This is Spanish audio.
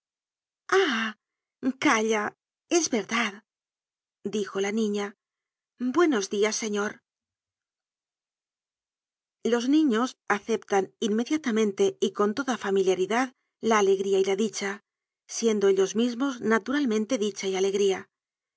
calla es verdad dijo la niña buenos dias señor los niños aceptan inmediatamente y con toda familiaridad la alegría y la dicha siendo ellos mismos naturalmente dicha y alegría